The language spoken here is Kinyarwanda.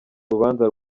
rubanza